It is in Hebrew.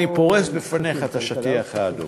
אני פורס לפניך את השטיח האדום.